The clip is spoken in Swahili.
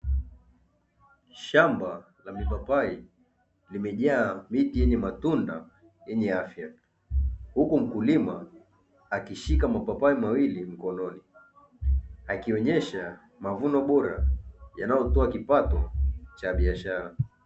Shamba la mipapai lenye matunda tenue afya huku mkulima, akishika mapapai mawili yenye afya akionesha mavuno bora yanyo toa kipato cha biashara.